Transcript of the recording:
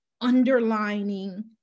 underlining